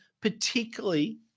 particularly